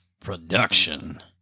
production